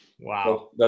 Wow